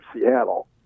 Seattle